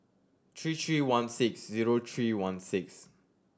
three three one six zero three one six